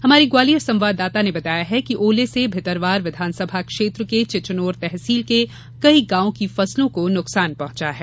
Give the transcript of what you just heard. हमारे ग्वालियर संवाददाता ने बताया कि ओले से भितरवार विधानसभा क्षेत्र के चिचनोर तहसील के कई गांवों की फसलों को नुकसान पहुंचा है